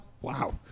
Wow